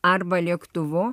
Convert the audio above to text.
arba lėktuvu